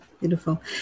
Beautiful